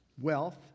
Wealth